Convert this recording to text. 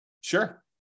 sure